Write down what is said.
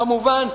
כמובן,